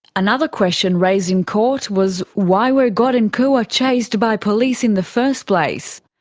another question raised in court was why were god and koua chased by police in the first place.